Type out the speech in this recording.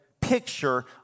picture